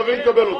לא